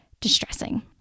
distressing